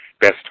Best